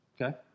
Okay